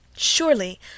Surely